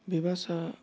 बे बासा